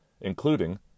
including